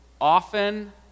often